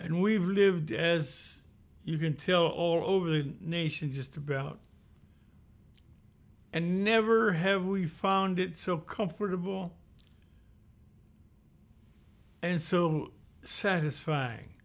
and we've lived as you can till all over the nation just about and never have we found it so comfortable and so satisfying